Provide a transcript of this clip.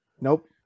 Nope